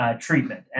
treatment